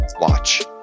watch